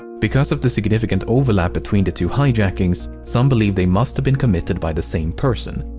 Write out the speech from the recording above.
because of the significant overlap between the two hijackings, some believe they must have been committed by the same person.